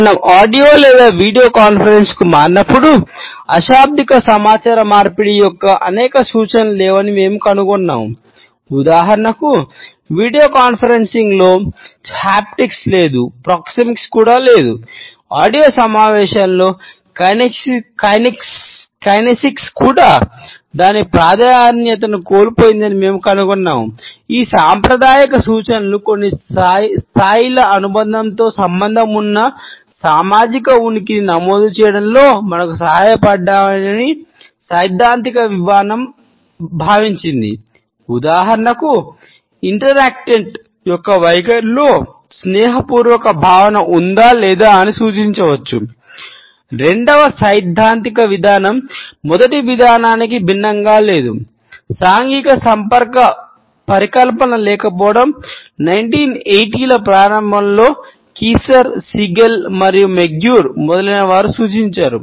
మనం ఆడియో మొదలైనవారు సూచించారు